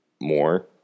more